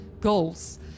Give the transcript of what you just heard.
goals